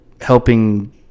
helping